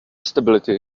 stability